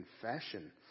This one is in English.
confession